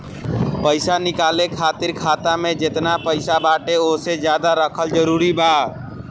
पईसा निकाले खातिर खाता मे जेतना पईसा बाटे ओसे ज्यादा रखल जरूरी बा?